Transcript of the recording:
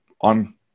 on